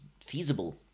feasible